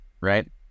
right